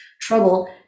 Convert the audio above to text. trouble